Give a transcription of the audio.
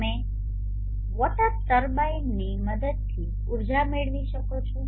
તમે વોટર ટર્બાઇનની મદદથી ઉર્જા મેળવી શકો છો